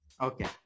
Okay